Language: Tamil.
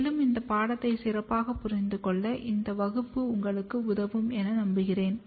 மேலும் இந்த பாடத்தை சிறப்பாக புரிந்துகொள்ள இந்த வகுப்பு உங்களுக்கு உதவும் என்று நம்புகிறேன்